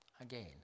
again